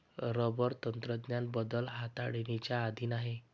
rubber तंत्रज्ञान बदल हाताळणीच्या अधीन आहे